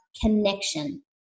connection